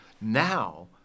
now